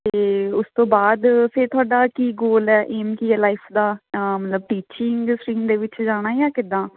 ਅਤੇ ਉਸ ਤੋਂ ਬਾਅਦ ਫਿਰ ਤੁਹਾਡਾ ਕੀ ਗੋਲ ਹੈ ਏਮ ਕੀ ਏ ਲਾਈਫ ਦਾ ਤਾਂ ਮਤਲਬ ਟੀਚਿੰਗ ਸਟ੍ਰੀਮ ਦੇ ਵਿੱਚ ਜਾਣਾ ਜਾਂ ਕਿੱਦਾਂ